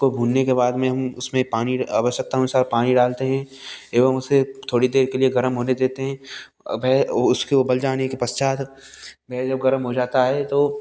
को भूनने के बाद में हम उसमें पानी आवश्यकता अनुसार पानी डालते हैं एवं उसे थोड़ी देर के लिए गरम होने देते हैं वह उसके उबल जाने के पश्चात वह जब गरम हो जाता है तो